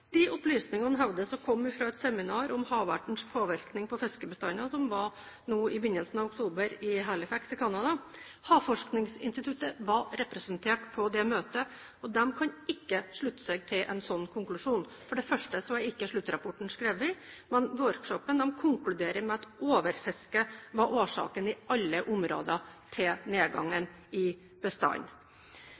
De opplysningene hevdes å komme fra et seminar om havertens påvirkning på fiskebestanden, som ble holdt nå i begynnelsen av oktober i Halifax i Canada. Havforskningsinstituttet var representert på dette møtet, og de kan ikke slutte seg til en slik konklusjon. Sluttrapporten er ikke skrevet, men workshopen konkluderer med at overfiske var årsaken i alle områder til nedgangen i